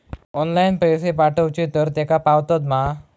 Online पैसे पाठवचे तर तेका पावतत मा?